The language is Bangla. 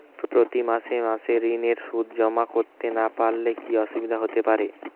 প্রতি মাসে মাসে ঋণের সুদ জমা করতে না পারলে কি অসুবিধা হতে পারে?